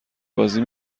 بازی